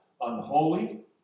unholy